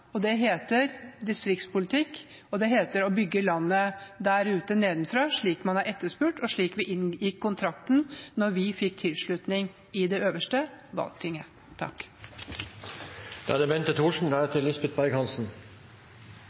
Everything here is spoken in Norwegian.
land. Det heter distriktspolitikk, og det heter å bygge landet der ute nedenfra, slik man har etterspurt, og slik vi inngikk kontrakten da vi fikk tilslutning i det øverste: valgtinget. Dette er en reform som er satt ut i livet av ordførerne selv. Og jeg synes det